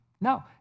No